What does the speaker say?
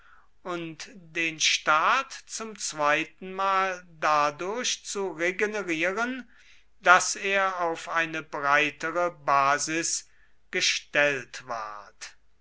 und den staat zum zweitenmal dadurch zu regenerieren daß er auf eine breitere basis gestellt ward